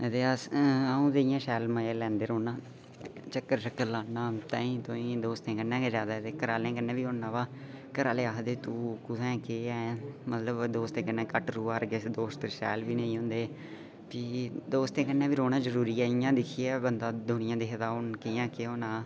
ते अस अं'ऊ ते इं'या शैल मज़े लैंदे रौह्ना आं चक्कर शक्कर लाना ताहीं तुआहीं दोस्तें बी जादै ते घरै आह्लें कन्नै बी होना घरै आह्ले आखदे तूं कुत्थै केह् ऐ मतलब दोस्तें कन्नै घट्ट र'वा कर दोस्त शैल बी नेईं होंदे ते दोस्तें कन्नै रौह्ना बी जरूरी ऐ इ'नें दिक्खियै गै बंदा दूनिया दिक्खदा हू'न कियां केह् होना